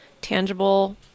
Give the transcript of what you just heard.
tangible